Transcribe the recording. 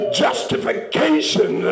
justification